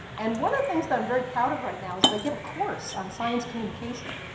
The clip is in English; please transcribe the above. and one of the things that i'm very proud of right now is that i give a course on science communication.